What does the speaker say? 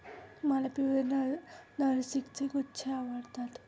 मला पिवळे नर्गिसचे गुच्छे आवडतात